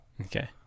Okay